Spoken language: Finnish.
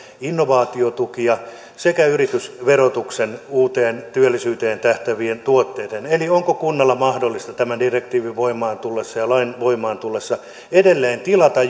innovaatiotukia sekä yritysverotuksen uuteen työllisyyteen tähtäävien tuotteiden tukia eli onko kunnan mahdollista tämän direktiivin voimaan tullessa ja lain voimaan tullessa edelleen tilata